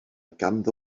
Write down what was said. ganddo